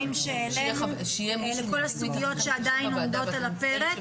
שהעלינו ולכל הסוגיות שעדיין עומדות על הפרק,